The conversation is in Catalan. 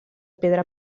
pedra